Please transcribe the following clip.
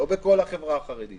לא בכל החברה החרדית